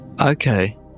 Okay